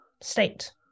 state